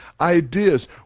ideas